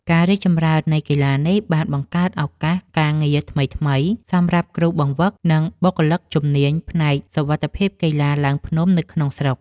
ការរីកចម្រើននៃកីឡានេះ បានបង្កើតឱកាសការងារថ្មីៗសម្រាប់គ្រូបង្វឹក និងបុគ្គលិកជំនាញផ្នែកសុវត្ថិភាពកីឡាឡើងភ្នំនៅក្នុងស្រុក។